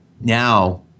now